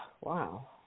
Wow